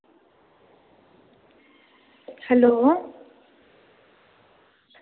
hello